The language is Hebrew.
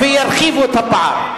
וירחיבו את הפער.